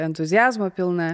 entuziazmo pilna